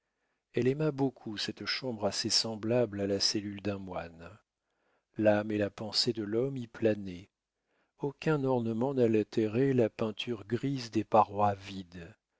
elle aima beaucoup cette chambre assez semblable à la cellule d'un moine l'âme et la pensée de l'homme y planaient aucun ornement n'altérait la peinture grise des parois vides